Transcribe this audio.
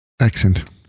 Accent